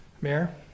Mayor